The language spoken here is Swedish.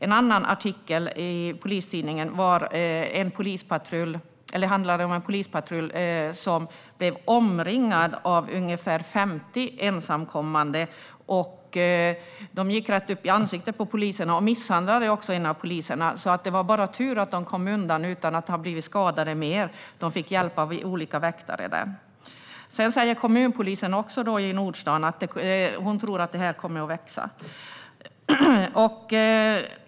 En annan artikel i Polistidningen handlar om en polispatrull som blev omringad av ungefär 50 ensamkommande som gick rätt upp i ansiktet på poliserna och misshandlade en av dem. Det var bara tur att poliserna kom undan utan att bli mer skadade. De fick hjälp av olika väktare. Kommunpolisen i Nordstan säger att hon tror att det här kommer att växa.